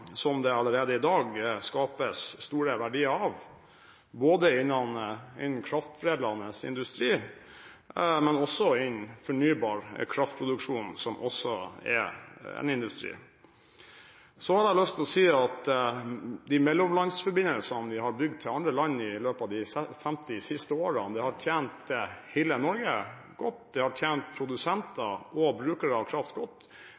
som det allerede i dag skapes store verdier av både innen kraftforedlende industri og også innen fornybar kraftproduksjon – som også er en industri. Så har jeg lyst til å si at de mellomlandsforbindelsene vi har bygd til andre land i løpet av de 50 siste årene, har tjent hele Norge godt. De har tjent produsenter og brukere av kraft godt.